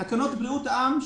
תקנות בריאות העם,